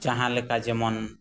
ᱡᱟᱦᱟᱸ ᱞᱮᱠᱟ ᱡᱮᱢᱚᱱ